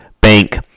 Bank